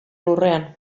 lurrean